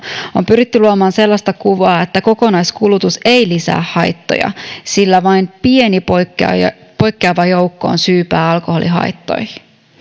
on pyritty luomaan sellaista kuvaa että kokonaiskulutus ei lisää haittoja sillä vain pieni poikkeava joukko on syypää alkoholihaittoihin